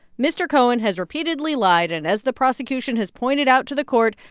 mr. cohen has repeatedly lied. and as the prosecution has pointed out to the court,